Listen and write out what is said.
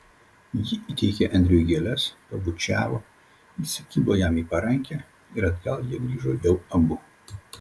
ji įteikė andriui gėles pabučiavo įsikibo jam į parankę ir atgal jie grįžo jau abu